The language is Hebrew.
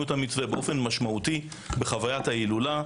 את המתווה באופן משמעותי בחוויית ההילולה,